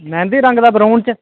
मेहंदी रंग दा ब्राऊन च